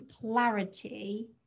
clarity